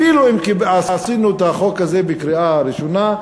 אפילו אם עשינו את החוק הזה בקריאה ראשונה,